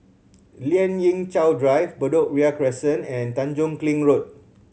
Lien Ying Chow Drive Bedok Ria Crescent and Tanjong Kling Road